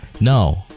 No